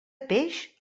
peix